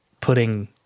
putting